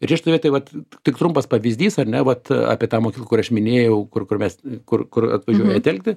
ri šitoj vietoj vat tik trumpas pavyzdys ar ne vat apie tą mokyklą kur aš minėjau kur kur mes kur kur atvažiuoja telkti